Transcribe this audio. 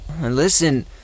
Listen